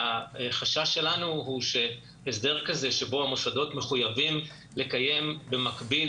החשש שלנו הוא שהסדר כזה שבו המוסדות מחויבים לקיים במקביל